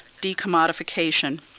decommodification